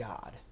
God